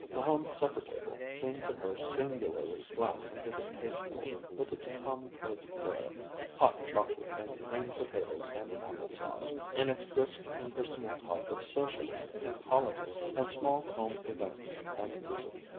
the home supper-table seemed to her singularly flat and distasteful with its commonplace fare hot chocolate and creamed potatoes and apple sauce, and its brisk, impersonal talk of socialism, and politics, and small home events, and music.